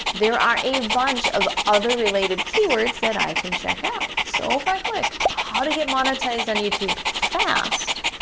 there are a bunch of other related keywords that i can check out. so if i click, how to get monetized on youtube fast.